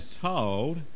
told